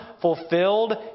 fulfilled